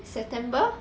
september